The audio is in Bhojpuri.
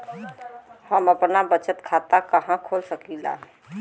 हम आपन बचत खाता कहा खोल सकीला?